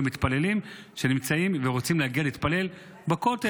מתפללים שנמצאים ורוצים להגיע להתפלל בכותל,